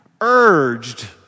Urged